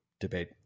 debate